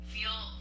feel